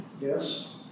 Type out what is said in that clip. Yes